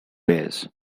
bears